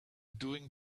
doing